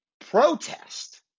protest